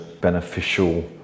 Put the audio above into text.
beneficial